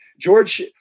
George